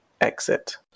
exit